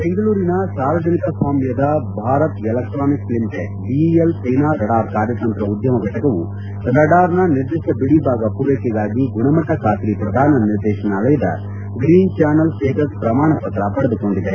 ಬೆಂಗಳೂರಿನ ಸಾರ್ವಜನಿಕ ಸ್ವಾಮ್ಕದ ಭಾರತ್ ಎಲೆಕ್ವಾನಿಕ್ಸ್ ಲಿಮಿಟೆಡ್ ಬಿಇಎಲ್ನ ಸೇನಾ ರಡಾರ್ ಕಾರ್ಯತಂತ್ರ ಉದ್ದಮ ಘಟಕವು ರಡಾರ್ನ ನಿರ್ದಿಷ್ಟ ಬಿಡಿ ಭಾಗ ಪೂರೈಕೆಗಾಗಿ ಗುಣಮಟ್ಟ ಖಾತ್ರಿ ಪ್ರಧಾನ ನಿರ್ದೇಶನಾಲಯದ ಗ್ರೀನ್ ಚಾನೆಲ್ ಸ್ವೇಟಸ್ ಪ್ರಮಾಣ ಪತ್ರ ಪಡೆದುಕೊಂಡಿದೆ